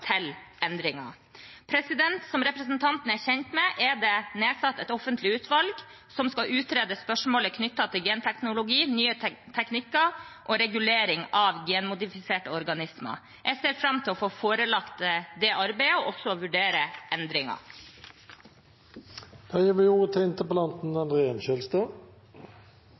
til endringer. Som representanten er kjent med, er det nedsatt et offentlig utvalg som skal utrede spørsmålet knyttet til genteknologi, nye teknikker og regulering av genmodifiserte organismer. Jeg ser fram til å få forelagt det arbeidet og så vurdere